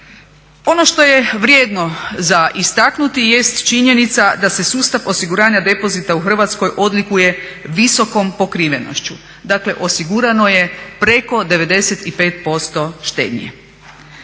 Ono što je vrijedno za istaknuti jest činjenica da se sustav osiguranja depozita u Hrvatskoj odlikuje visokom pokrivenošću, dakle osigurano je preko 95% štednje.